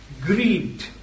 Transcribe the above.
greed